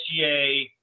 SGA